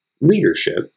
leadership